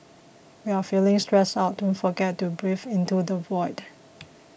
when you are feeling stressed out don't forget to breathe into the void